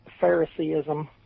Phariseeism